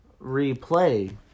Replay